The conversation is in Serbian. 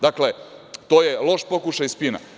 Dakle, to je loš pokušaj spina.